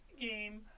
game